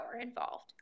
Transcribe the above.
involved